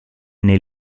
nel